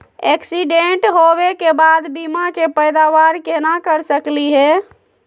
Accident होवे के बाद बीमा के पैदावार केना कर सकली हे?